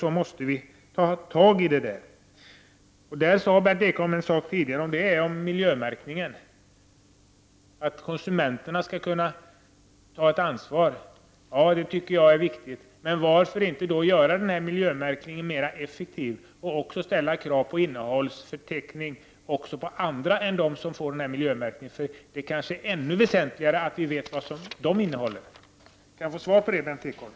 Vi måste därför ta tag i det problemet. När det gäller miljömärkningen sade Berndt Ekholm tidigare att konsumenterna skall ta ett ansvar. Det tycker jag är viktigt. Men varför inte göra den här miljömärkningen mer effektiv och ställa krav på innehållsförteckning också när det gäller andra varor än de som nu får den här miljömärkningen? Det kanske är ännu väsentligare att vi vet vad de varorna innehåller. Kan jag få ett svar på den frågan, Berndt Ekholm?